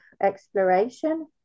exploration